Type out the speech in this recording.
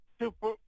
Super